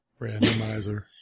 Randomizer